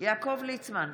יעקב ליצמן,